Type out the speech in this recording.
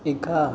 एका